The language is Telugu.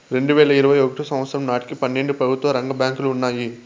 రెండువేల ఇరవై ఒకటో సంవచ్చరం నాటికి పన్నెండు ప్రభుత్వ రంగ బ్యాంకులు ఉన్నాయి